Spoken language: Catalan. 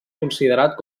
considerat